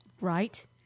Right